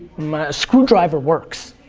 a screwdriver works,